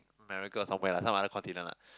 America something lah some other continent lah